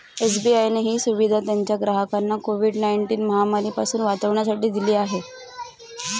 SBI ने ही सुविधा त्याच्या ग्राहकांना कोविड नाईनटिन महामारी पासून वाचण्यासाठी दिली आहे